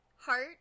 heart